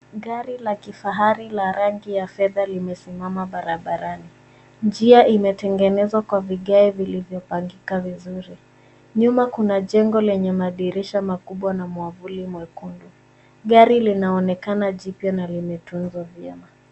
Gari la kifahari la rangi ya fedha limesimama barabarani. Njia imetengenezwa kwa vigae vilivyopangika vizuri. Nyuma kuna jengo lenye madirisha makubwa na mwavuli mwekundu. Gari linaonekana jipya na limetunzwa vyema.